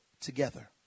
together